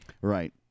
Right